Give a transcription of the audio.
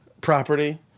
Property